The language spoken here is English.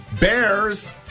bears